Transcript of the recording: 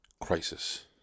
crisis